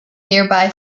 nearby